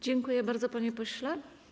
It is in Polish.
Dziękuję bardzo, panie pośle.